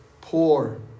Poor